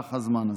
במהלך הזמן הזה.